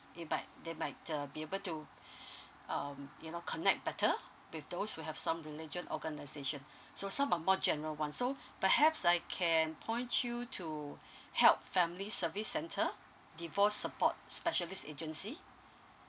they might they might uh be able to um you know connect better with those who have some religion organisation so some are more general [one] so perhaps I can point you to help family service center divorce support specialist agency